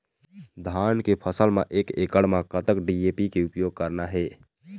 धान के फसल म एक एकड़ म कतक डी.ए.पी के उपयोग करना हे?